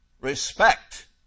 Respect